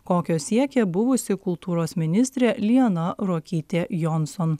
kokio siekė buvusi kultūros ministrė liana ruokytė jonson